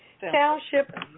Township